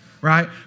right